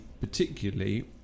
particularly